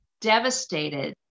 devastated